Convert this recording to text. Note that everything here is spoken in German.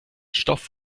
stoff